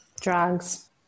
drugs